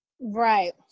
Right